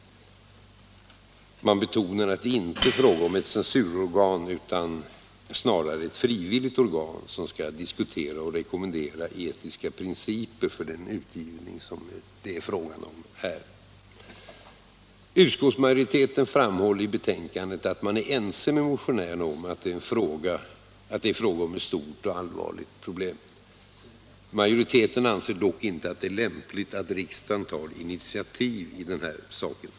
Man betonar att det inte är 20 april 1977 fråga om ett censurorgan utan snarare ett frivilligt organ som skall dis: —7 kutera och rekommendera etiska principer för den utgivning det här gäl — Anslag till litteratur ler. och folkbibliotek Utskottsmajoriteten framhåller i betänkandet att man är ense med motionärerna om att det handlar om ett stort och allvarligt problem. Majoriteten anser dock inte att det är lämpligt att riksdagen tar initiativ i denna sak.